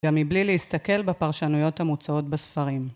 גם מבלי להסתכל בפרשנויות המוצעות בספרים.